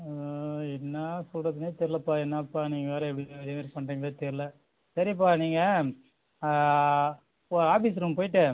ஆ என்ன சொல்கிறதுன்னே தெரிலப்பா என்னப்பா நீங்கள் வேறு இப்படி இதேமாதிரி பண்ணுறீங்கனே தெரில சரிப்பா நீங்கள் ஆஃபீஸ் ரூம் போய்ட்டு